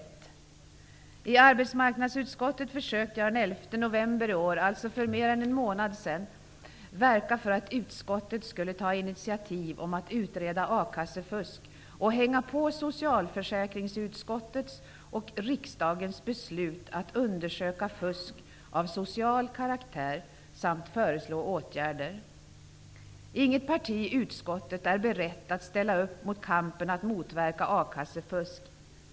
Vi försökte i arbetsmarknadsutskottet den 11 november i år, dvs. för mer än en månad sedan, att verka för att utskottet skulle ta initiativ till att utreda a-kassefusk och hänga på socialförsäkringsutskottets och riksdagens beslut om att undersöka fusk av social karaktär samt föreslå åtgärder. Inget parti i utskottet är berett att ställa upp i kampen att motverka a-kassefusk.